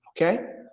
okay